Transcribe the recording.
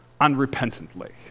unrepentantly